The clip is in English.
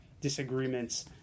disagreements